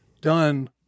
done